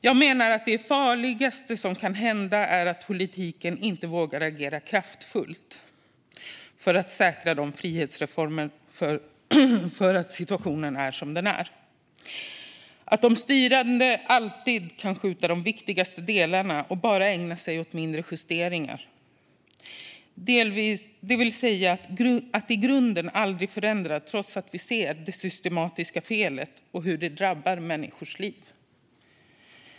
Jag menar att det farligaste som kan hända är att politiken inte vågar agera kraftfullt för att säkra frihetsreformerna för att situationen är som den är. De styrande kan alltid skjuta upp de viktigaste delarna och bara ägna sig åt mindre justeringar, det vill säga aldrig förändra i grunden, trots att vi ser det systematiska felet och hur det drabbar människors liv.